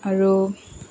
আৰু